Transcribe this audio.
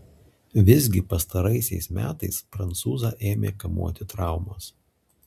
visgi pastaraisiais metais prancūzą ėmė kamuoti traumos